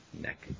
neck